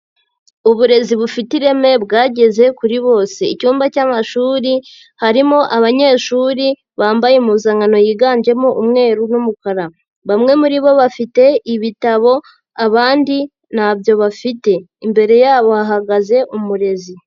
Uburezi bufite ireme bwageze kuri bose, icyumba cy'amashuri harimo abanyeshuri bambaye impuzankano yiganjemo umweru n'umukara, bamwe muri bo bafite ibitabo abandi nta byo bafite, imbere yabo hahagaze umurezi.